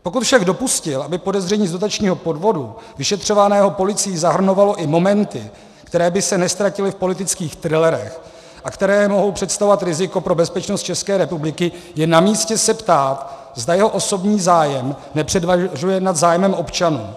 Pokud však dopustil, aby podezření z dotačního podvodu vyšetřovaného policií zahrnovalo i momenty, které by se neztratily v politických thrillerech a které mohou představovat riziko pro bezpečnost České republiky, je namístě se ptát, zda jeho osobní zájem nepřevažuje nad zájmem občanů.